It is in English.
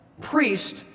priest